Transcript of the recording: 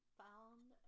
found